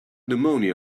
pneumonia